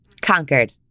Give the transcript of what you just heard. conquered